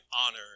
honor